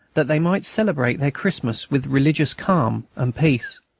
that they might celebrate their christmas with religious calm and peace.